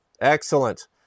excellent